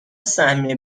سهمیه